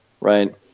right